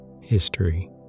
History